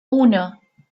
uno